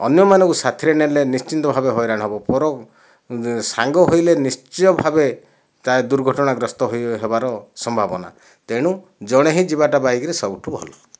ଅନ୍ୟମାନଙ୍କୁ ସାଥିରେ ନେଲେ ନିଶ୍ଚିନ୍ତ ଭାବେ ହଇରାଣ ହବ ପର ସାଙ୍ଗ ହୋଇଲେ ନିଶ୍ଚୟ ଭାବେ ଦୁର୍ଘଟଣା ଗ୍ରସ୍ତ ହେବାର ସମ୍ଭାବନା ତେଣୁ ଜଣେ ହିଁ ଯିବାଟା ବାଇକରେ ସବୁଠୁ ଭଲ